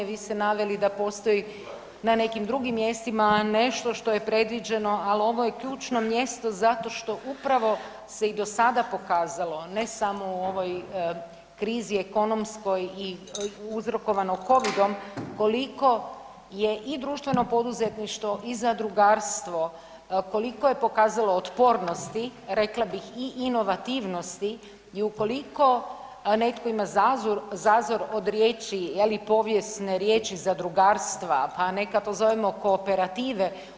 Vi ste naveli da postoji na nekim drugim mjestima nešto što je predviđeno, al ovo je ključno mjesto zato što upravo se i do sada pokazalo ne samo u ovoj krizi ekonomskoj i uzrokovano covidom, koliko je i društveno poduzetništvo i zadrugarstvo, koliko je pokazalo otpornosti, rekla bih i inovativnosti i ukoliko netko ima zazur, zazor od riječi je li povijesne riječi „zadrugarstva“, pa neka to zovemo kooperative.